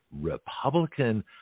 Republican